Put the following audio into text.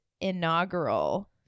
Inaugural